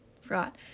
forgot